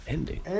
Ending